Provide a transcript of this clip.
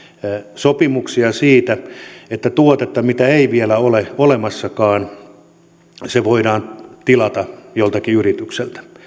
sopimuksia siitä että tuote mitä ei vielä ole olemassakaan voidaan tilata joltakin yritykseltä